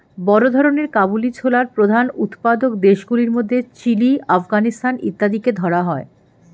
বড় ধরনের কাবুলি ছোলার প্রধান উৎপাদক দেশগুলির মধ্যে চিলি, আফগানিস্তান ইত্যাদিকে ধরা হয়